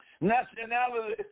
Nationality